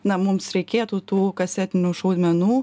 na mums reikėtų tų kasetinių šaudmenų